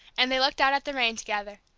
and they looked out at the rain together.